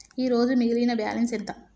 ఈరోజు మిగిలిన బ్యాలెన్స్ ఎంత?